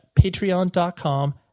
patreon.com